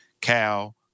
Cal